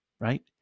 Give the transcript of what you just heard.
right